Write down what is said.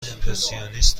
امپرسیونیست